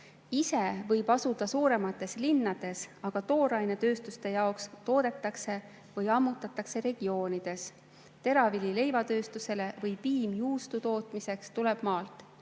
ise võib asuda suuremates linnades, aga tooraine tööstuste jaoks toodetakse või ammutatakse regioonides. Teravili leivatööstusele ja piim juustu tootmiseks tuleb maalt,